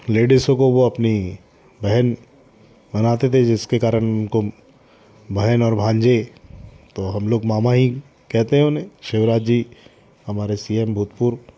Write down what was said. लेडीज़ों को वो अपनी बहन बनाते थे जिसके कारण उनको बहन और भांजी तो हम लोग मामा ही कहते हैं उन्हें शिवराज जी हमारे सी एम भूतपूर्व